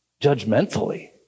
judgmentally